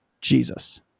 Jesus